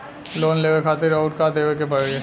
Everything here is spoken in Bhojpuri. लोन लेवे खातिर अउर का देवे के पड़ी?